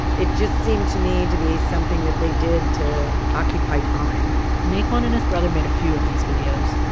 it just seemed to me to be something that they did to occupy time naquan and his brother made a few of these videos,